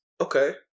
Okay